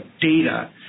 data